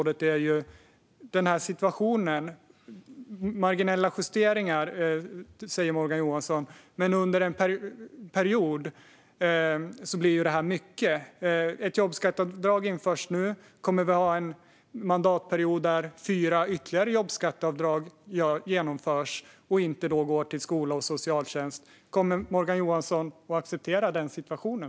Det talas om marginella justeringar, men under en period blir det mycket. Bland annat införs ett jobbskatteavdrag. Kommer vi att ha en mandatperiod då fyra ytterligare jobbavdrag genomförs i stället för att pengarna går till skola och socialtjänst? Kommer Morgan Johansson att acceptera denna situation?